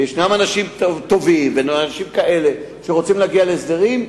ויש אנשים טובים וכאלה שרוצים להגיע להסדרים,